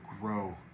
Grow